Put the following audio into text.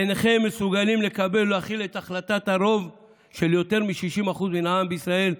אינכם מסוגלים לקבל ולהכיל את החלטת הרוב של יותר מ-60% מן העם בישראל,